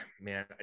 man